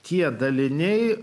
tie daliniai